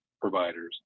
providers